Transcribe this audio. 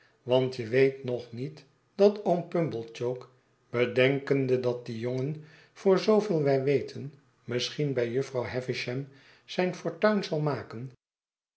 want je weet nog niet dat oom pumblechook bedenkende dat die jongen voor zooveel wij weten misschien bij jufvrouw havisham zijn fortuin zal maken